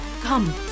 Come